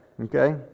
okay